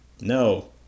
No